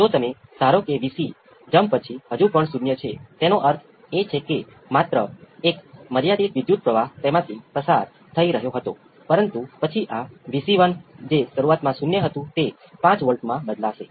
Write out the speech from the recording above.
આપણી પાસે સિસ્ટમનું સંચાલન કરનાર વિકલન સમીકરણ R C d v c by d t V c એ V p cos ω t 5 છે